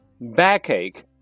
backache